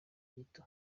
gito